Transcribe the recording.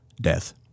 Death